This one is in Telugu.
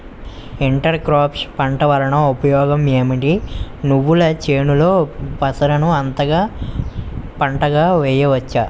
ఇంటర్ క్రోఫ్స్ పంట వలన ఉపయోగం ఏమిటి? నువ్వుల చేనులో పెసరను అంతర పంటగా వేయవచ్చా?